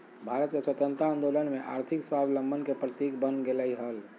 भारत के स्वतंत्रता आंदोलन में आर्थिक स्वाबलंबन के प्रतीक बन गेलय हल